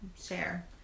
share